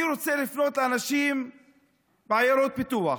אני רוצה לפנות לאנשים בעיירות פיתוח,